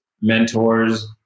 mentors